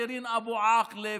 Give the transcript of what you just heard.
שירין אבו עאקלה,